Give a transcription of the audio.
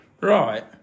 right